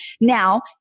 Now